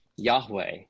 Yahweh